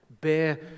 Bear